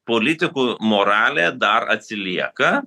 politikų moralė dar atsilieka